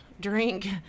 drink